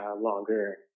longer